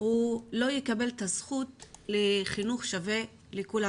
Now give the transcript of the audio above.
לא יקבל את הזכות לחינוך שווה לכולם.